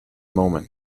moment